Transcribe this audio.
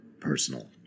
Personal